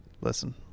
Listen